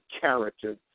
character